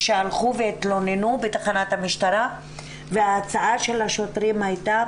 שתי נשים שהלכו והתלוננו בתחנת המשטרה וההצעה של השוטרים הייתה: